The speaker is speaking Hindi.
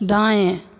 दाएँ